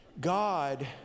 God